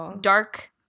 dark